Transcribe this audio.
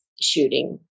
shooting